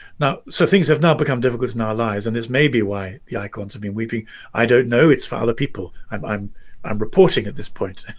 now so things have now become difficult in our lives and it's maybe why the icons have been weeping i don't know. it's for other people um and i'm reporting at this point.